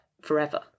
forever